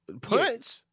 Punch